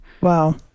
wow